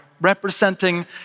Representing